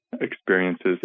experiences